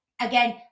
again